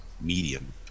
medium